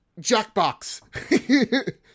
Jackbox